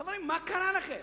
חברים, מה קרה לכם?